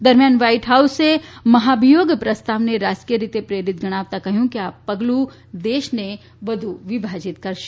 દરમ્યાન વ્હાઇટ હાઉસે મહાભિયોગ પ્રસ્તાવને રાજકીય રીતે પ્રેરિત ગણાવતા કહ્યું કે આ પગલું દેશને વધુ વિભાજીત કરશે